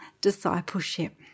discipleship